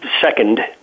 second